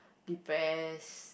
depressed